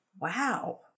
Wow